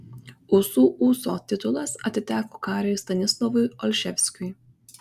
ūsų ūso titulas atiteko kariui stanislovui olševskiui